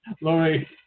Lori